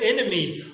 enemy